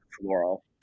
Floral